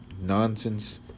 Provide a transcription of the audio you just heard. nonsense